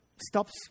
stops